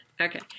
Okay